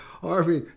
Harvey